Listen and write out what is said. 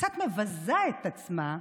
קצת מבזה את עצמה,